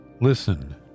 listen